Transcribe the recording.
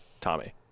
Tommy